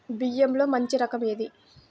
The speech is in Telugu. బియ్యంలో మంచి రకం ఏది?